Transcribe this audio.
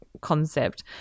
concept